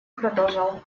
продолжал